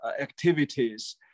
activities